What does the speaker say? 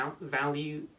value